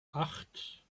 acht